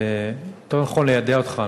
יותר נכון ליידע אותך,